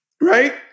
right